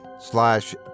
slash